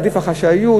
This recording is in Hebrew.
עדיפה החשאיות,